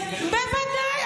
------ בוודאי.